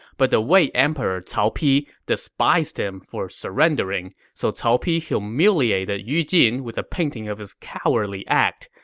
but the wei emperor cao pi despised him for surrendering, so cao pi humiliated yu jin with a painting of his cowardly act,